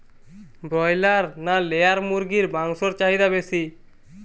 Broiler না layer মুরগির মাংসর চাহিদা বেশি?